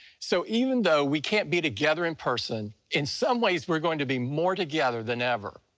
so even though we can't be together in person, in some ways we're going to be more together than ever.